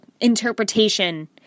Interpretation